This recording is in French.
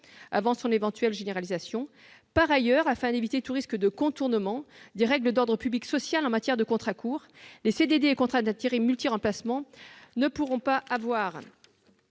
avant une éventuelle généralisation. Par ailleurs, afin d'éviter tout risque de contournement des règles d'ordre public social en matière de contrats courts, les CDD et contrats d'intérim multi-remplacements ne pourront pas avoir